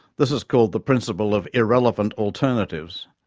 this is called the principle of irrelevant alternatives.